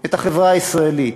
את החברה הישראלית,